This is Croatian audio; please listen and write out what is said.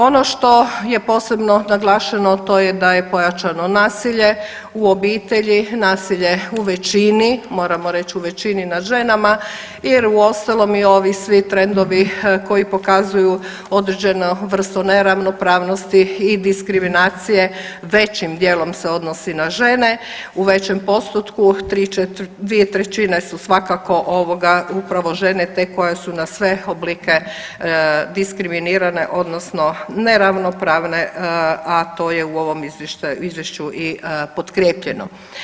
Ono što je posebno naglašeno to je da je pojačano nasilje u obitelji, nasilje u većini, moramo reć u većini nad ženama jer uostalom i ovi svi trendovi koji pokazuju određenu vrstu neravnopravnosti i diskriminacije većim dijelom se odnosi na žene, u većem postupku, 2/3 su svakako ovoga upravo žene te koje su na sve oblike diskriminirane odnosno neravnopravne, a to je u ovom izvješću i potkrijepljeno.